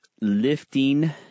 lifting